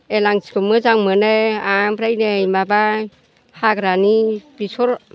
एलांसिखौ मोजां मोनो आमफ्राय नै माबा हाग्रानि बिसर